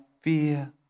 fear